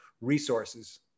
resources